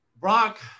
brock